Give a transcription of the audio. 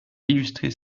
illustrer